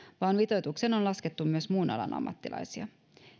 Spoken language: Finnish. vaan mitoitukseen on laskettu myös muun alan ammattilaisia